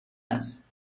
است